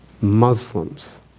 Muslims